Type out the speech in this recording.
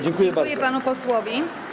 Dziękuję panu posłowi.